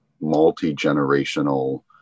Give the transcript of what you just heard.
multi-generational